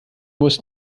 muss